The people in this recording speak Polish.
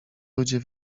ludzie